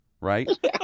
Right